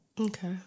Okay